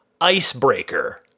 Icebreaker